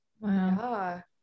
Wow